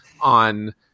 on